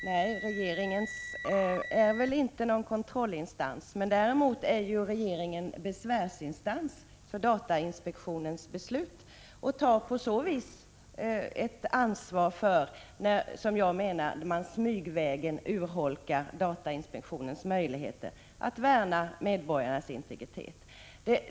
Herr talman! Nej, regeringen är inte någon kontrollinstans. Däremot är regeringen besvärsinstans för datainspektionens beslut och tar på så vis ett ansvar för när man, som jag menar, smygvägen urholkar datainspektionens möjligheter att värna medborgarnas integritet.